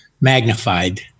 magnified